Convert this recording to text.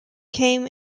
came